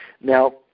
Now